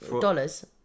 dollars